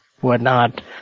whatnot